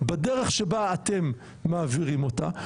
בדרך שבה אתם מעבירים אותה,